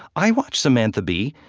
i watch samantha bee,